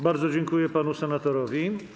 Bardzo dziękuję panu senatorowi.